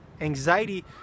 anxiety